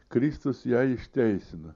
kristus ją išteisina